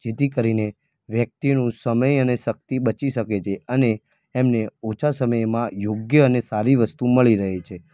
જેથી કરીને વ્યક્તિનો સમય અને શક્તિ બચી શકે છે અને એમને ઓછા સમયમાં યોગ્ય અને સારી વસ્તુ મળી રહે છે